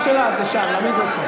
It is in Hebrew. תודה, חברת הכנסת גלאון.